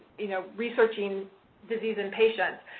you know, researching disease in patients.